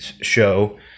show